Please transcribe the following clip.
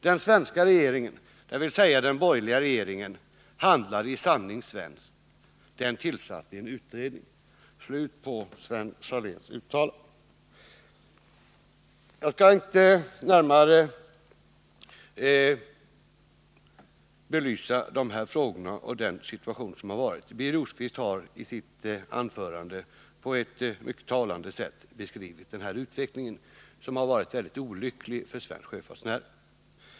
Den svenska regeringen” — dvs. den borgerliga regeringen — ”handlade i sanning svenskt — den tillsatte en utredning.” Jag skall inte närmare belysa dessa frågor och den situation som har rått. Birger Rosqvist har i sitt anförande på ett mycket talande sätt beskrivit utvecklingen, som har varit mycket olycklig för svensk sjöfartsnäring.